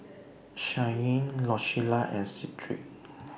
Shyanne Rosella and Sedrick